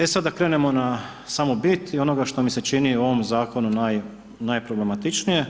E sad da krenemo na samu bit i onoga što mi se čini u ovom zakonu najproblematičnije.